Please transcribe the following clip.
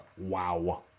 Wow